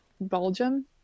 Belgium